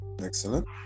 Excellent